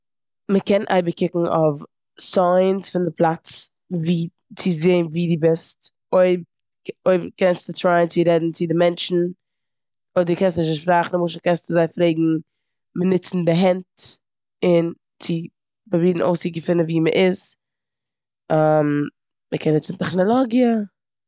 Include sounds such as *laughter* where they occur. מ'קען אייביג קוקן אויף סיינס פון די פלאץ ווי- צו זען וואו דו בוסט. אויב- אויב קענסטו טרייען צו רעדן צו די מענטשן, אויב דו קענסט נישט די שפראך למשל קענסטו זיי פרעגן מיט נוצן די הענט, און צו פרובירן אויסצוגעפינען ווי מ'איז. *hesitation* מ'קען נוצן טעכנאלאגיע.